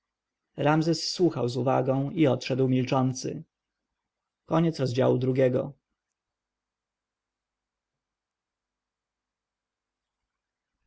ramzes słuchał z uwagą i odszedł milczący